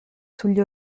sugli